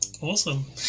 Awesome